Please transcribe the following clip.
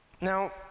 Now